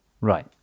Right